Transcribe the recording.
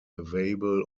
available